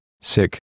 sick